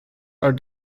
are